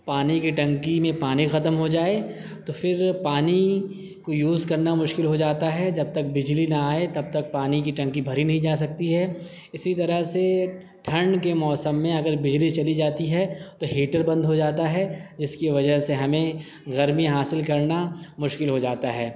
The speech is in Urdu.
پانی کی ٹنکی میں پانی ختم ہو جائے تو پھر پانی کو یوز کرنا مشکل ہو جاتا ہے جب تک بجلی نہ آئے تب تک پانی کی ٹنکی بھری نہیں جا سکتی ہے اسی طرح سے ٹھنڈ کے موسم میں اگر بجلی چلی جاتی ہے تو ہیٹر بند ہو جاتا ہے جس کی وجہ سے ہمیں گرمی حاصل کرنا مشکل ہو جاتا ہے